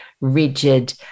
rigid